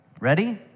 Ready